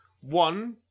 One